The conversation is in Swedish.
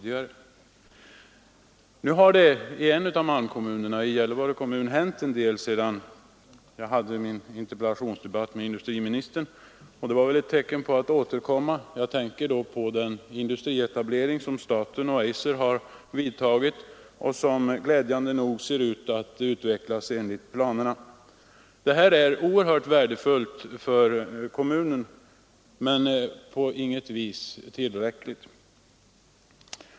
I en av malmkommunerna, Gällivare, har det hänt en del sedan jag hade min interpellationsdebatt med industriministern. Jag tänker på den industrietablering som staten och Eiser har gjort och som glädjande nog ser ut att utvecklas enligt planerna. Detta är oerhört värdefullt för kommunen men naturligtvis på intet sätt tillräckligt.